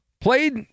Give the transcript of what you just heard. played